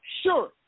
sure